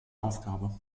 aufgabe